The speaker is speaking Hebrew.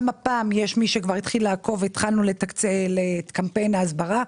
גם הפעם מי שכבר התחיל לעקוב התחלנו את קמפיין ההסברה.